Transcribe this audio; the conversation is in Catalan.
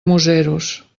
museros